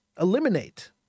eliminate